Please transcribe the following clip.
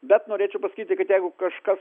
bet norėčiau pasakyti kad jeigu kažkas